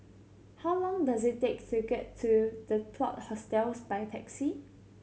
how long does it take to get to The Plot Hostels by taxi